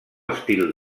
estil